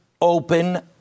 open